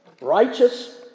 righteous